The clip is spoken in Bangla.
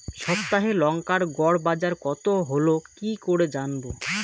সপ্তাহে লংকার গড় বাজার কতো হলো কীকরে জানবো?